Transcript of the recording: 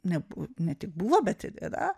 ne bu ne tik buvo bet ir yra